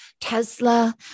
Tesla